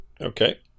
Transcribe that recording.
Okay